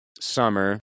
summer